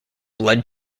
blood